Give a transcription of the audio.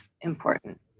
important